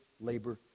labor